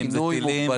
אם זה טילים,